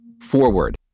forward